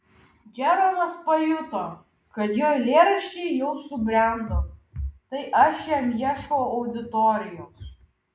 džeromas pajuto kad jo eilėraščiai jau subrendo tai aš jam ieškau auditorijos